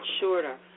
shorter